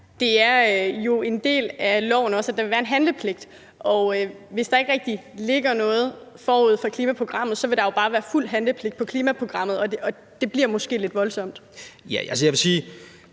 det er en del af loven, at der vil være en handlepligt, og hvis der ikke rigtig ligger noget forud for klimaprogrammet, vil der jo bare være fuld handlepligt på klimaprogrammet, og det bliver måske lidt voldsomt. Kl. 13:06 Klima-,